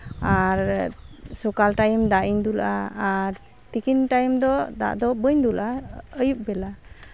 ᱟᱨ ᱥᱚᱠᱟᱞ ᱴᱟᱭᱤᱢ ᱫᱟᱜ ᱤᱧ ᱫᱩᱞᱟᱜᱼᱟ ᱟᱨ ᱛᱤᱠᱤᱱ ᱴᱟᱭᱤᱢ ᱫᱚ ᱫᱟᱜ ᱫᱚ ᱵᱟᱹᱧ ᱫᱩᱞᱟᱜᱼᱟ ᱟᱹᱭᱩᱵ ᱵᱮᱞᱟ